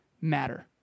matter